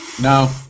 No